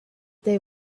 they